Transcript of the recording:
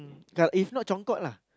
um kal~ if not congkak lah